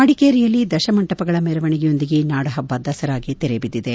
ಮಡಿಕೇರಿಯಲ್ಲಿ ದಶಮಂಟಪಗಳ ಮೆರವಣಿಗೆಯೊಂದಿಗೆ ನಾಡ ಹಬ್ಬ ದಸರಾಗೆ ತೆರೆ ಬಿದ್ದಿದೆ